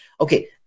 Okay